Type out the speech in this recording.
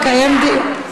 נקיים דיון.